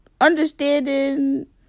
understanding